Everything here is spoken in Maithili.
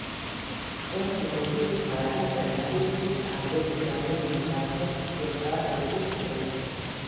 कर कटौती घाटा बढ़ाबै छै आ दीर्घकालीन विकासक रफ्तार कें सुस्त करै छै